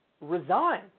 resign